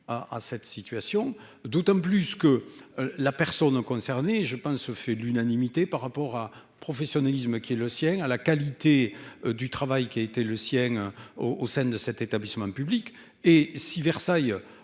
à cette situation d'autant plus que la personne concernée je pense fait l'unanimité, par rapport à professionnalisme qui est le sien à la qualité du travail qui a été le sien au au sein de cet établissement public et Si Versailles.